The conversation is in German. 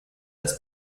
das